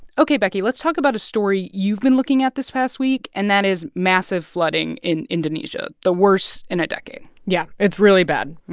ok, becky, let's talk about a story you've been looking at this past week, and that is massive flooding in indonesia, the worst in a decade yeah. it's really bad.